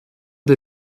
der